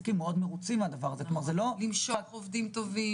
זה מודל שכבר קיים איפשהו?